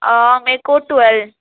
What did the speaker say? آ میرے کو ٹویل